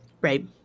right